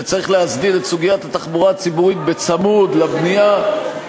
שצריך להסדיר את סוגיית התחבורה הציבורית צמוד לבנייה.